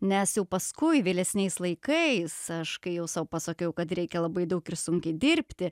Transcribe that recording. nes jau paskui vėlesniais laikais aš kai jau sau pasakiau kad reikia labai daug ir sunkiai dirbti